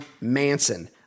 Manson